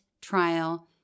trial